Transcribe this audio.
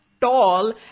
tall